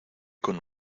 con